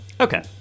Okay